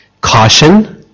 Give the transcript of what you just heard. caution